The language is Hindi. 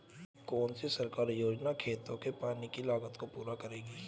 कौन सी सरकारी योजना खेतों के पानी की लागत को पूरा करेगी?